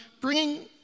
bringing